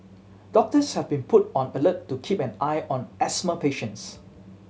doctors have been put on alert to keep an eye on asthma patients